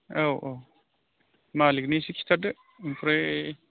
औ औ मालिकनो इसे खिन्थादो ओमफ्राय